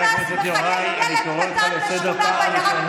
שרת הקשקוש והבשבוש.